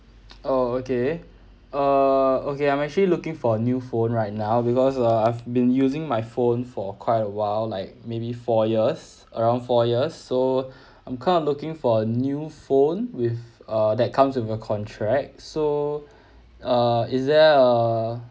oh okay err okay I'm actually looking for a new phone right now because uh I've been using my phone for quite a while like maybe four years around four years so I'm kind of looking for a new phone with uh that comes with a contract so uh is there a